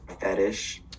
fetish